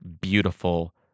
beautiful